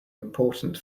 important